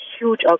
huge